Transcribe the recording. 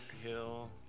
Hill